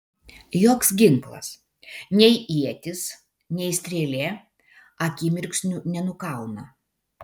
joks ginklas nei ietis nei strėlė akimirksniu nenukauna